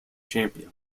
champion